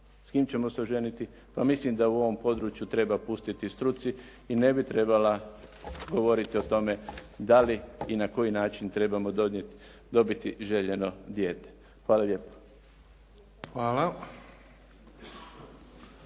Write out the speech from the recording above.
s kim ćemo se oženiti pa mislim da u ovom području treba pustiti struci i ne bi trebala govoriti o tome da li i na koji način trebamo donijeti, dobiti željeno dijete. Hvala lijepo.